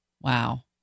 Wow